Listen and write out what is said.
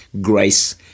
grace